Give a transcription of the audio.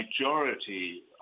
majority